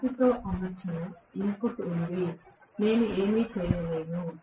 రాతితో అమర్చిన ఇన్పుట్ అది నేను ఏమీ చేయలేను